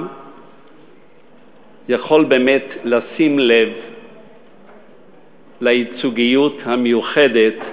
יכול באמת לשים לב לייצוגיות המיוחדת,